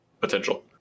potential